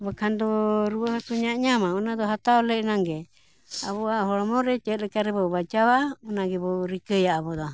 ᱵᱟᱠᱷᱟᱱ ᱫᱚ ᱨᱩᱣᱟᱹ ᱦᱟᱹᱥᱩ ᱧᱟᱜ ᱧᱟᱢᱟ ᱚᱱᱟ ᱫᱚ ᱦᱟᱛᱟᱣ ᱞᱮ ᱮᱱᱟᱝ ᱜᱮ ᱟᱵᱚᱣᱟᱜ ᱦᱚᱲᱢᱚ ᱨᱮ ᱪᱮᱫ ᱞᱮᱠᱟ ᱨᱮᱵᱚᱱ ᱵᱟᱧᱪᱟᱣᱟ ᱚᱱᱟᱜᱮᱵᱚᱱ ᱨᱤᱠᱟᱹᱭᱟ ᱟᱵᱚ ᱫᱚ